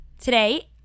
today